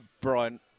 Brian